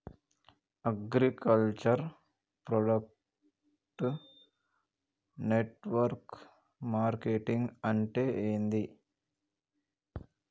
Agriculture product network marketing అంటే ఏంది?